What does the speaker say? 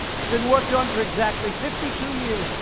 it's been worked on for exactly fifty two years.